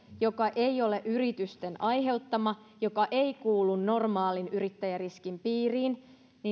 joka ei ole yritysten aiheuttama joka ei kuulu normaalin yrittäjäriskin piiriin